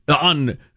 on